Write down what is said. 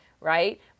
right